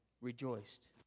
rejoiced